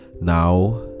Now